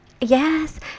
Yes